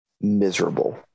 miserable